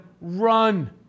run